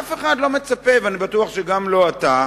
שאף אחד לא מצפה, ואני בטוח שגם לא אתה,